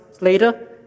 later